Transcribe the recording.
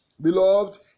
Beloved